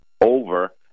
over